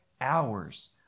hours